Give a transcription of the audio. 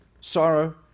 sorrow